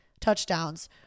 touchdowns